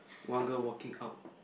one girl walking out